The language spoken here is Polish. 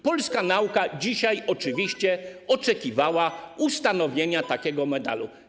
Polska nauka dzisiaj oczywiście oczekuje na ustanowienie takiego medalu.